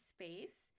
Space